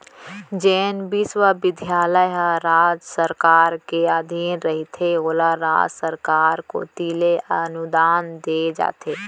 जेन बिस्वबिद्यालय ह राज सरकार के अधीन रहिथे ओला राज सरकार कोती ले अनुदान देय जाथे